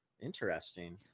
interesting